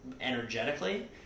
energetically